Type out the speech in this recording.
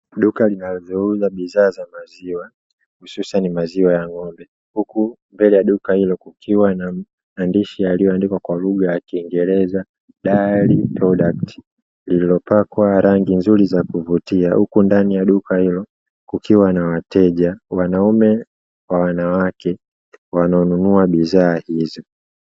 Duka linalouza bidhaa za maziwa hususani maziwa ya ng'ombe, huku mbele ya duka hilo kukiwa na maandishi yaliyoandikwa kwa lugha ya kiingereza "DAIRY PRODUCT" lililopakwa rangi nzuri ya kuvutia. Huku ndani ya duka hilo kukiwa na wateja (wanaume kwa wanawake) wanaonunua bidhaa hizo.